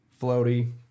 floaty